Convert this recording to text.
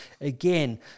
again